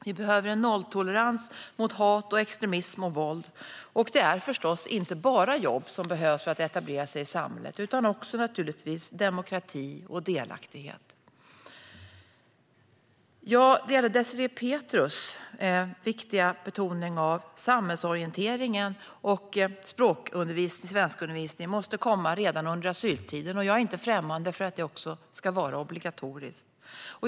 Vi behöver en nolltolerans mot hat, extremism och våld. Det är inte bara jobb som behövs för att etablera sig i samhället utan givetvis också demokrati och delaktighet. Jag delar Désirée Pethrus betoning av att samhällsorientering och språkundervisning måste komma redan under asyltiden. Jag är inte främmande för att det också ska vara obligatoriskt.